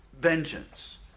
vengeance